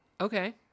Okay